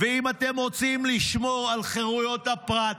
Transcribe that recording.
אם אתם רוצים לשמור על חירויות הפרט,